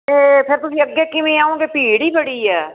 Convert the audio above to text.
ਅਤੇ ਫਿਰ ਤੁਸੀਂ ਅੱਗੇ ਕਿਵੇਂ ਆਉਂਗੇ ਭੀੜ ਹੀ ਬੜੀ ਆ